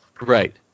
Right